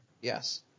Yes